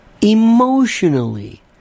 emotionally